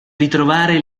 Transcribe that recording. ritrovare